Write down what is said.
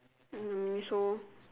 mm so